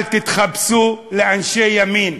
אל תתחפשו לאנשי ימין.